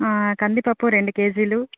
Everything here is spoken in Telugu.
కందిపప్పు రెండు కేజీలు